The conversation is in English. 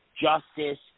justice